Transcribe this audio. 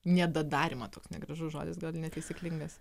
nedadarymą toks negražus žodis gal ir netaisyklingas